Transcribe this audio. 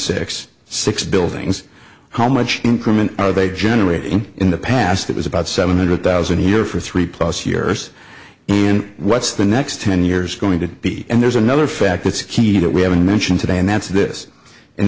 six six buildings how much increment of a generating in the past that was about seven hundred thousand here for three plus years and what's the next ten years going to be and there's another factor it's key that we haven't mentioned today and that's this and